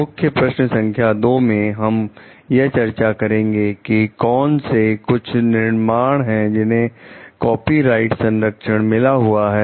मुख्य प्रश्न संख्या दो में हम यह चर्चा करेंगे कि कौन से कुछ निर्माण है जिन्हें कॉपीराइट संरक्षण मिला हुआ है